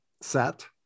set